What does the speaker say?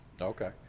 Okay